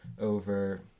over